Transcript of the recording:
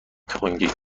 تنگ